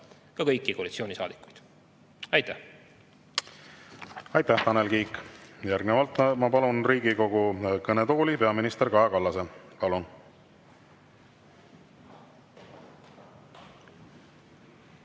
ka kõiki koalitsioonisaadikuid. Aitäh! Aitäh, Tanel Kiik! Järgnevalt ma palun Riigikogu kõnetooli peaminister Kaja Kallase. Palun!